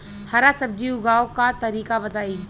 हरा सब्जी उगाव का तरीका बताई?